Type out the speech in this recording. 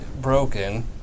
broken